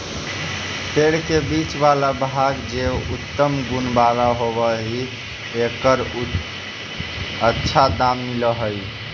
पेड़ के बीच वाला भाग जे उत्तम गुण वाला होवऽ हई, एकर अच्छा दाम मिलऽ हई